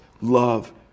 love